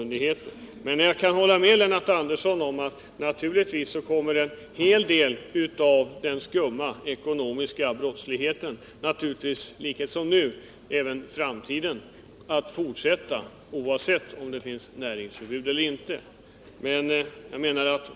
Jag kan emellertid hålla med Lennart Andersson om att en hel del av den skumma ekonomiska brottsligheten naturligtvis kommer att fortsätta i framtiden, oavsett om det finns ett näringsförbud eller ej.